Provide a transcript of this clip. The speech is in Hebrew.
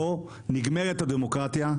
פה נגמרת הדמוקרטיה,